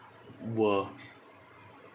were